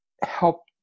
help